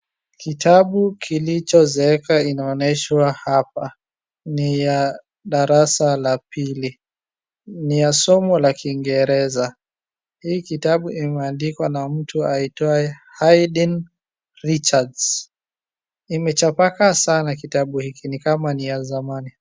Kitabu kilicho zeeka kinaonyeshwa hapa. Ni ya darasa la pili. Ni ya somo la kiingereza. Hii kitabu imeandikwa na mtu aitwaye Aiden Richards. Kimechapakaa sana kitabu hiki ni kama ni ya zamani.